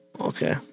Okay